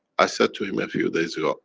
i said to him a few days ago,